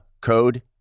code